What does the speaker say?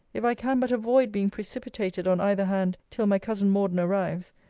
if i can but avoid being precipitated on either hand, till my cousin morden arrives,